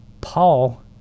Paul